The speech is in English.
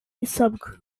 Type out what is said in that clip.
subgroup